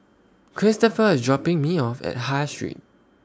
Cristofer IS dropping Me off At High Street